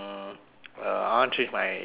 uh I want change my demise